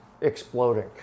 exploding